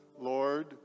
Lord